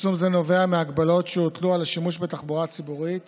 צמצום זה נובע מהגבלות שהוטלו על השימוש בתחבורה הציבורית